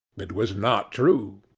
it was not true.